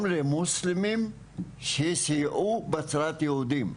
גם למוסלמים שסייעו בהצלת יהודים,